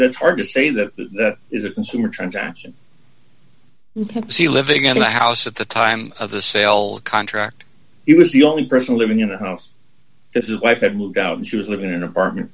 that's hard to say that is a consumer transaction pepsi living in the house at the time of the sale contract he was the only person living in a house if his wife had moved out and she was living in an apartment